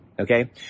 okay